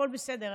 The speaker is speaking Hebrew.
הכול בסדר,